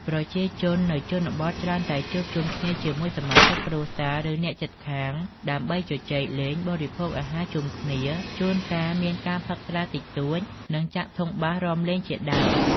ប្រជាជននៅជនបទច្រើនតែជួបជុំគ្នាជាមួយសមាជិកគ្រួសារ ឬអ្នកជិតខាង ដើម្បីជជែកលេង បរិភោគអាហារជុំគ្នា ជួនកាលមានការផឹកស្រាតិចតួច និងចាក់ធុងបាសរាំលេងជាដើម។